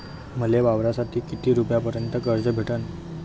मले वावरासाठी किती रुपयापर्यंत कर्ज भेटन?